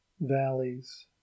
valleys